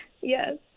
Yes